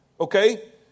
Okay